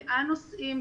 לאן נוסעים,